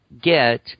get